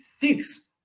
six